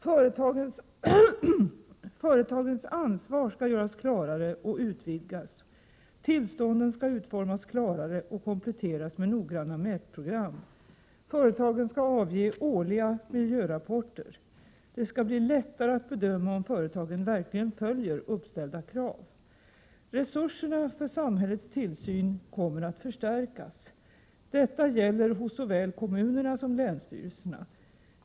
Företagens ansvar skall göras klarare och utvidgas. Tillstånden skall utformas klarare och kompletteras med noggranna mätprogram. Företagen skall avge årliga miljörapporter. Det skall bli lättare att bedöma om företagen verkligen följer uppställda krav. Resurserna för samhällets tillsyn kommer att förstärkas. Detta gäller hos såväl kommunerna som länsstyrelserna.